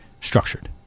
structured